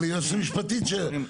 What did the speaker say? משהו?